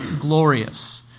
glorious